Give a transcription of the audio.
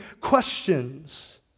questions